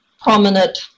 prominent